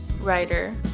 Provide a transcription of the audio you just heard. writer